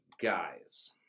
Guys